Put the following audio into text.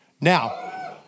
Now